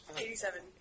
Eighty-seven